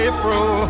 April